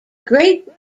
great